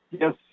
yes